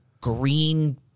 green